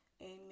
amen